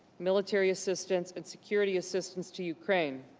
military assistance and security assistance to ukraine.